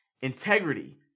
integrity